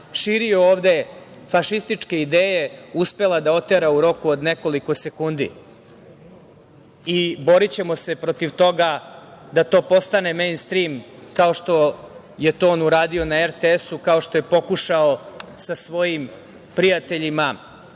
širio ovde fašističke ideje, uspela da otera u roku od nekoliko sekundi. Borićemo se protiv toga da to postane „mein strim“ kao što je to on uradio na RTS-u, kao što je pokušao sa svojim prijateljima